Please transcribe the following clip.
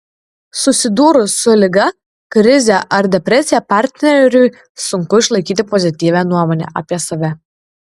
susidūrus su liga krize ar depresija partneriui sunku išlaikyti pozityvią nuomonę apie save